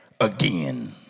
again